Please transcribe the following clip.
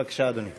בבקשה, אדוני.